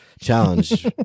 challenge